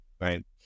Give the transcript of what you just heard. right